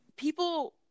People